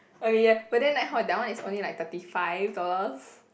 okay ya but then like hor that one is only like thirty five dollars